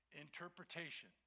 interpretation